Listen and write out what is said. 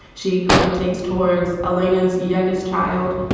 she gravitates towards elaina's youngest child,